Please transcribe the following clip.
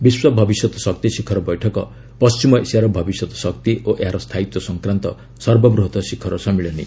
ବିଶ୍ୱ ଭବିଷ୍ୟତ ଶକ୍ତି ଶିଖର ବୈଠକ ପଣ୍ଢିମ ଏସିଆର ଭବିଷ୍ୟତ ଶକ୍ତି ଓ ଏହାର ସ୍ଥାୟିତ୍ୱ ସଂକ୍ରାନ୍ତ ସର୍ବବୃହତ୍ ଶିଖର ସମ୍ମିଳନୀ